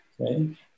Okay